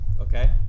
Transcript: okay